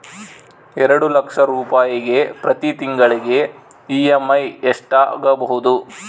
ಎರಡು ಲಕ್ಷ ರೂಪಾಯಿಗೆ ಪ್ರತಿ ತಿಂಗಳಿಗೆ ಇ.ಎಮ್.ಐ ಎಷ್ಟಾಗಬಹುದು?